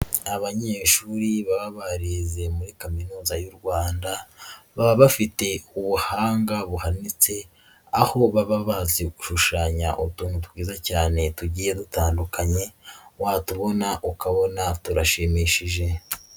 Abanyeshuri baba barize muri Kaminuza y'u Rwanda baba bafite ubuhanga buhanitse, aho baba bazi gushushanya utuntu twiza cyane tugiye dutandukanye watubona ukabona turashimishije.